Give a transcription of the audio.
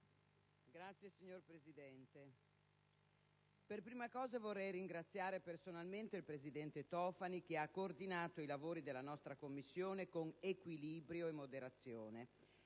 *(PdL)*. Signor Presidente, per prima cosa vorrei ringraziare personalmente il presidente Tofani, che ha coordinato i lavori della nostra Commissione con equilibrio e moderazione,